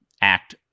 act